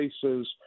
places